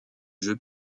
jeu